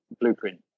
blueprint